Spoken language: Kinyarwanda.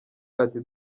ati